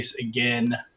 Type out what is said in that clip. again